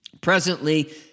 presently